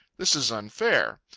this is unfair.